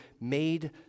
made